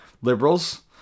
liberals